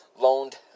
loaned